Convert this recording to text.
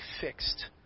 fixed